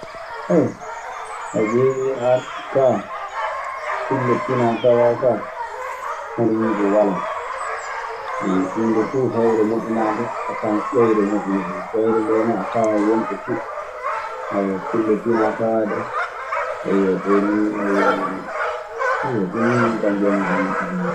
a ƴeewii aar kaa, kulle pinaa tawaa kaa, hono muuɗun walaa. huunde fuu heyre moƴƴinaa ndee, a tawan ƴoyre moƴƴini ɗun, ƴoyre ndee ne a tawan won ɗo fuɗi. kulle pinaa tawaa ɗee kaa, ɗee nii woni, ayyo ɗum nii woni ko mbiyammi hen minkaa.